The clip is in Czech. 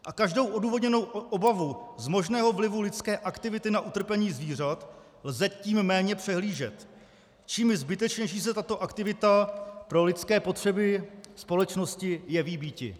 A každou odůvodněnou obavu z možného vlivu lidské aktivity na utrpení zvířat lze tím méně přehlížet, čímž zbytečnější se tato aktivita pro lidské potřeby společnosti jeví býti.